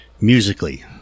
musically